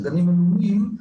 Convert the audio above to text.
הגנים הלאומיים,